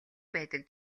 байдаг